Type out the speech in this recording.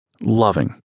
loving